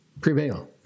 prevail